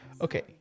Okay